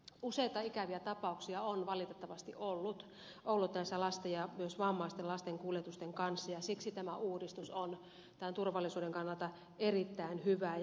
useita ikäviä tapauksia on valitettavasti ollut näiden lasten ja myös vammaisten lasten kuljetusten kanssa ja siksi tämä uudistus on turvallisuuden kannalta erittäin hyvä